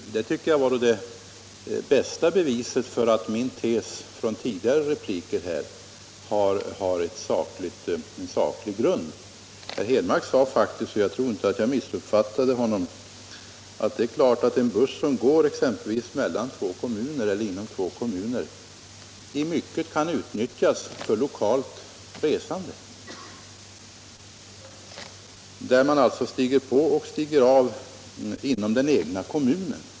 Det tyckte jag var det bästa beviset för att min tes från tidigare repliker har en saklig grund. Herr Henmark sade —- och jag tror inte att jag missuppfattade honom — att det är klart att en buss som går exempelvis mellan två kommuner eller inom två kommuner i mycket kan utnyttjas för lokalt resande, där man alltså stiger på och av inom den egna kommunen.